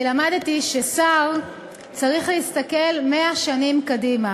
למדתי ששר צריך להסתכל 100 שנים קדימה.